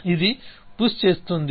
ఇది పుష్ చేస్తుంది